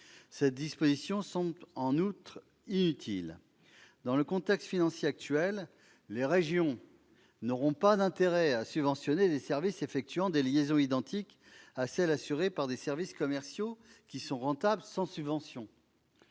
outre, la mesure semble inutile. Dans le contexte financier actuel, les régions n'auront pas d'intérêt à subventionner des services effectuant des liaisons identiques à celles qui sont assurées par des services commerciaux qui sont rentables sans subvention.